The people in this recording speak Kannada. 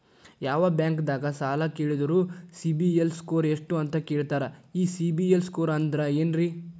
ಯಾವ ಬ್ಯಾಂಕ್ ದಾಗ ಸಾಲ ಕೇಳಿದರು ಸಿಬಿಲ್ ಸ್ಕೋರ್ ಎಷ್ಟು ಅಂತ ಕೇಳತಾರ, ಈ ಸಿಬಿಲ್ ಸ್ಕೋರ್ ಅಂದ್ರೆ ಏನ್ರಿ?